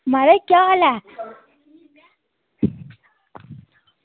म्हाराज केह् हाल ऐ